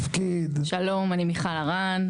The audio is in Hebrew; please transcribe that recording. אני מיכל הרן,